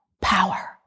power